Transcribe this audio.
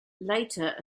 later